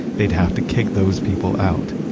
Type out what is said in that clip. they'd have to kick those people out.